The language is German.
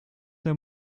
der